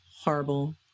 horrible